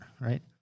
right